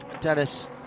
dennis